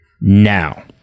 now